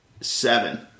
Seven